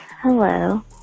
hello